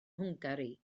hwngari